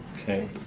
okay